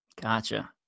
Gotcha